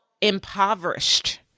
impoverished